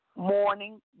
Morning